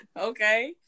Okay